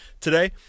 today